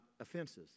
offenses